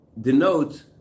denote